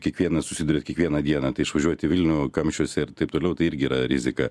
kiekvienas susiduriat kiekvieną dieną tai išvažiuojat į vilnių kamščiuose ir taip toliau tai irgi yra rizika